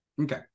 Okay